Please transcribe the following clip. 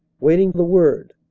waiting the word.